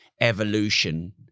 evolution